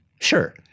sure